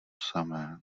samé